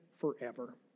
forever